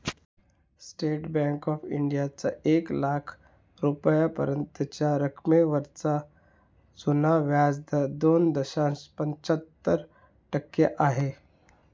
state Bank of इंडियाचा एक लाख रुपयांपर्यंतच्या रकमेवरचा जुना व्याजदर दोन दशांश पंच्याहत्तर टक्के आहे